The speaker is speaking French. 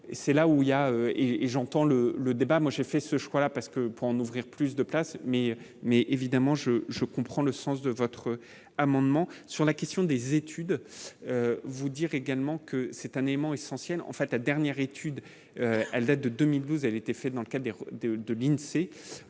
c'est là où il y a et et j'entends le le débat, moi j'ai fait ce choix-là parce que pour en ouvrir plus de places mais mais évidemment je je comprends le sens de votre amendement sur la question des études vous dire également que c'est un élément essentiel, en fait, la dernière étude, elle date de 2012 elle était fait dans le cadre de l'INSEE,